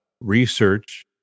Research